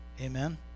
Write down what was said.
Amen